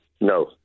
No